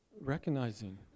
recognizing